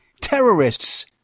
terrorists